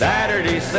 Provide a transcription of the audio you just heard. Saturday